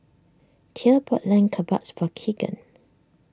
thea bought Lamb Kebabs for Keegan